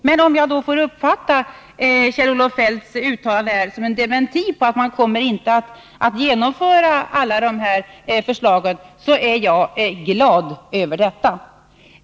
Men om jag får uppfatta Kjell-Olof Feldts uttalande som en dementi, dvs. att man inte kommer att genomföra alla dessa förslag, är jag glad över detta.